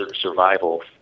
Survival